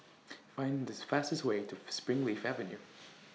Find This fastest Way to Springleaf Avenue